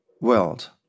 world